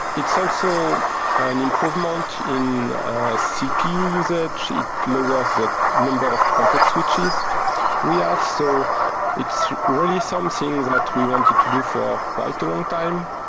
it's also an improvement in cpu usage. it lowers the number of context switches we ah have. so it's really something that we wanted to do for quite a longtime.